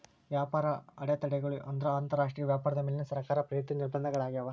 ವ್ಯಾಪಾರ ಅಡೆತಡೆಗಳು ಅಂದ್ರ ಅಂತರಾಷ್ಟ್ರೇಯ ವ್ಯಾಪಾರದ ಮೇಲಿನ ಸರ್ಕಾರ ಪ್ರೇರಿತ ನಿರ್ಬಂಧಗಳಾಗ್ಯಾವ